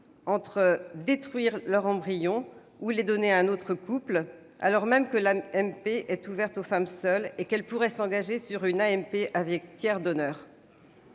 entre détruire leurs embryons ou les donner à un autre couple, alors même que l'AMP est ouverte aux femmes seules et que cette personne pourrait s'engager sur une AMP avec tiers donneur